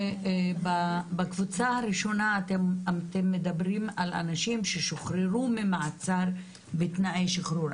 בקבוצה הראשונה אתם מדברים על אנשים ששוחררו ממעצר בתנאי שחרור,